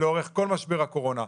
לאורך כל משבר הקורונה.